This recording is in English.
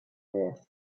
wrath